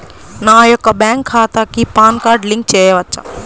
నా యొక్క బ్యాంక్ ఖాతాకి పాన్ కార్డ్ లింక్ చేయవచ్చా?